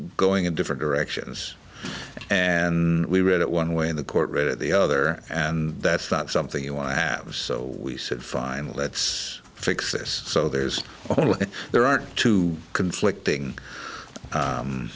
going in different directions and we read it one way and the court read it the other and that's not something you want to have so we said fine let's fix this so there's there are two conflicting